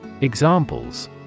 Examples